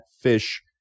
fish—